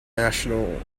national